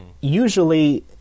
usually